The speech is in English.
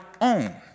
own